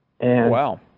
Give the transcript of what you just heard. Wow